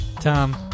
Tom